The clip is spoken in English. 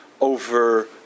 over